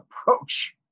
approach